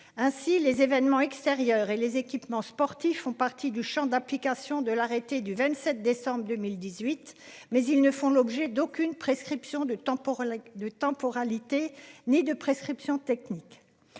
Ainsi les événements extérieurs et les équipements sportifs font partie du Champ d'application de l'arrêté du 27 décembre 2018. Mais ils ne font l'objet d'aucune prescription de pour de temporalité ni de prescriptions techniques.